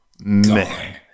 Man